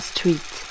Street